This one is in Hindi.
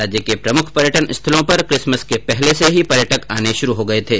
राज्य के प्रमुख पर्यटन स्थलों पर किसमस के पहले से ही पर्यटक आने शुरू हो गये थे